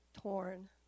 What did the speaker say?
torn